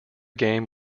game